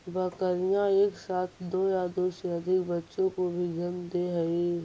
बकरियाँ एक साथ दो या दो से अधिक बच्चों को भी जन्म दे हई